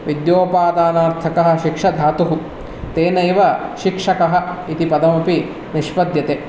विद्योपादानार्थकः शिक्ष् धातुः तेनैव शिक्षकः इति पदमपि निष्पद्यते